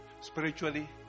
spiritually